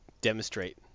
demonstrate